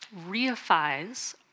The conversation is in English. reifies